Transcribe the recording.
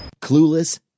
Clueless